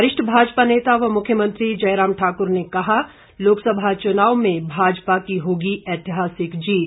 वरिष्ठ भाजपा नेता व मुख्यमंत्री जयराम ठाक्र ने कहा लोकसभा चुनाव में भाजपा की होगी ऐतिहासिक जीत